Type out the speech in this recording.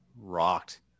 rocked